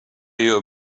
your